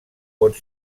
pot